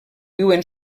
viuen